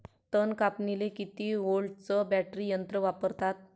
तन कापनीले किती व्होल्टचं बॅटरी यंत्र वापरतात?